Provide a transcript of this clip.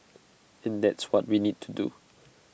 and that's what we need to do